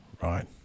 right